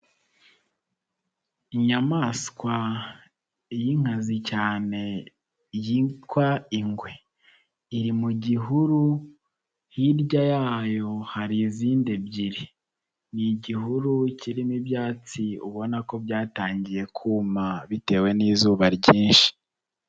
Inyamaswa y'inkazi cyane yitwa ingwe, iri mu gihuru hirya yayo hari izindi ebyiri, ni igihuru kirimo ibyatsi ubona ko byatangiye kuma bitewe n'izuba ryinshi.